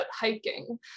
hiking